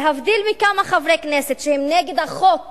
להבדיל מכמה חברי כנסת שהם נגד החוק